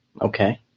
Okay